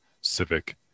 civic